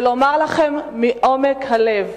ולומר לכם מעומק הלב: